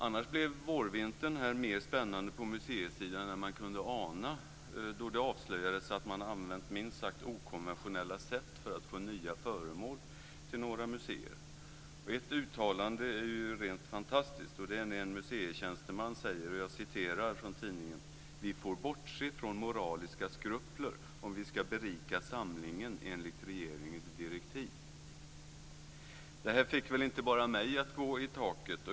Annars blev vårvintern mer spännande på museisidan än man kunde ana, då det avslöjades att man använt minst sagt okonventionella sätt för att få nya föremål till några museer. Ett uttalande är rent fantastiskt. Det är en museitjänsteman som säger till tidningen: "Vi får bortse från moraliska skrupler om vi ska kunna berika samlingen enligt regeringens direktiv." Det här fick väl inte bara mig att gå i taket.